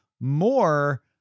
more